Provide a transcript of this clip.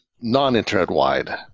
non-internet-wide